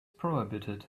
prohibited